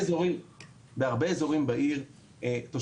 מה שניסיתי להגיד זה שבהרבה אזורים בעיר תושבים